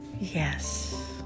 Yes